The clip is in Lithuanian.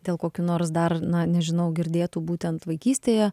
dėl kokių nors dar na nežinau girdėtų būtent vaikystėje